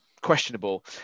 questionable